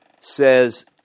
says